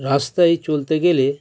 রাস্তায় চলতে গেলে